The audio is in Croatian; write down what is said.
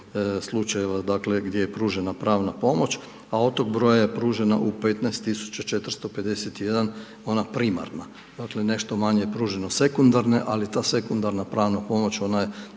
slučajeva dakle gdje je pružena pravna pomoć a od tog broja je pružena u 15 451 ona primarna, dakle nešto manje je pružena u sekundarnoj ali ta sekundarna pravna pomoć, ona je